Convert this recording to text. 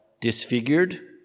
disfigured